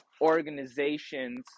organizations